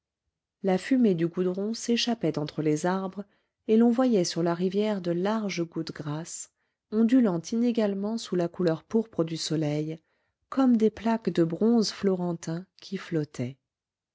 la fumée du goudron s'échappait d'entre les arbres et l'on voyait sur la rivière de larges gouttes grasses ondulant inégalement sous la couleur pourpre du soleil comme des plaques de bronze florentin qui flottaient